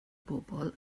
bobol